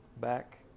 back